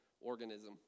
organism